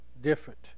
different